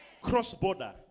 cross-border